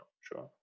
sure